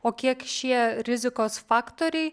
o kiek šie rizikos faktoriai